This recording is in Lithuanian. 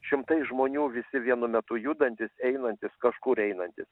šimtai žmonių visi vienu metu judantys einantys kažkur einantys